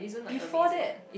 before that